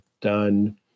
done